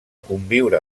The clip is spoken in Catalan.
conviure